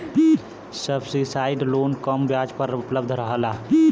subsidise loan कम ब्याज पर उपलब्ध रहला